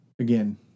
again